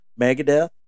Megadeth